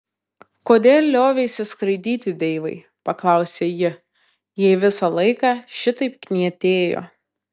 kodėl lioveisi skraidyti deivai paklausė ji jei visą laiką šitaip knietėjo